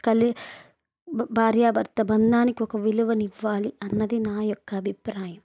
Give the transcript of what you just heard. కలి భార్యాభర్త బంధానికి ఒక విలువను ఇవ్వాలి అన్నది నా యొక్క అభిప్రాయం